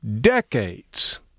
decades